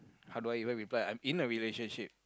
how do I even reply I'm in a relationship